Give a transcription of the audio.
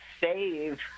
save